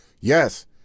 yes